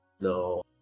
no